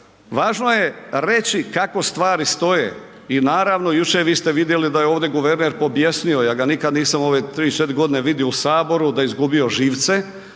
važno je reći kako stvari stoje. I naravno jučer vi ste vidjeli da je ovdje guverner pobjesnio, ja ga nikad nisam u ove 3, 4 godine u Saboru da je izgubio živce